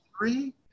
three